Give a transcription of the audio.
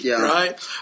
right